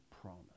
promise